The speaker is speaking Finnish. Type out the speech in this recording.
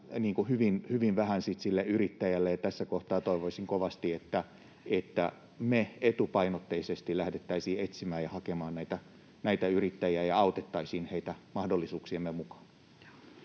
hyvin vähän sitten sille yrittäjälle. Tässä kohtaa toivoisin kovasti, että me etupainotteisesti lähdettäisiin etsimään ja hakemaan näitä yrittäjiä ja autettaisiin heitä mahdollisuuksiemme mukaan.